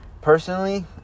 Personally